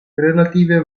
relative